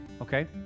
Okay